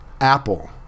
apple